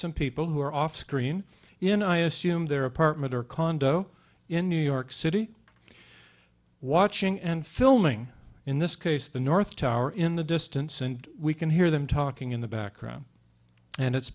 some people who are off screen you know i assume their apartment or condo in new york city watching and filming in this case the north tower in the distance and we can hear them talking in the background and it's